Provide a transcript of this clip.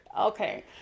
Okay